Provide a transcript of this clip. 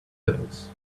things